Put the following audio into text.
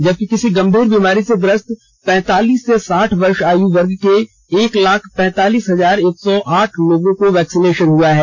जबकि किसी गंभीर बीमारी से ग्रस्त पैतालीस से साठ वर्ष आयु वर्ग के एक लाख पैतालीस हजार एक सौ आठ लोगों का वैक्सिनेशन हुआ है